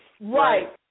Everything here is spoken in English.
Right